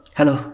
Hello